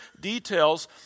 details